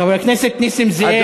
חבר הכנסת נסים זאב,